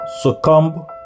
succumb